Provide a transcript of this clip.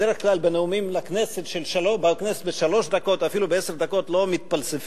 בדרך כלל בנאומים בכנסת בשלוש דקות או אפילו בעשר דקות לא מתפלספים,